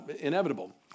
inevitable